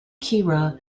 kira